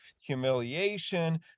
humiliation